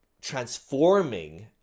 transforming